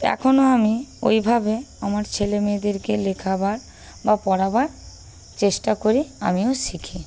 তো এখনো আমি ওইভাবে আমার ছেলে মেয়েদেরকে লেখাবার বা পড়াবার চেষ্টা করি আমিও শিখি